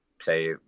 say